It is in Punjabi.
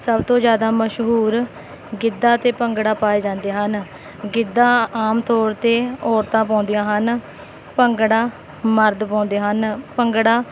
ਸਭ ਤੋਂ ਜ਼ਿਆਦਾ ਮਸ਼ਹੂਰ ਗਿੱਧਾ ਅਤੇ ਭੰਗੜਾ ਪਾਏ ਜਾਂਦੇ ਹਨ ਗਿੱਧਾ ਆਮ ਤੌਰ 'ਤੇ ਔਰਤਾਂ ਪਾਉਂਦੀਆਂ ਹਨ ਭੰਗੜਾ ਮਰਦ ਪਾਉਂਦੇ ਹਨ ਭੰਗੜਾ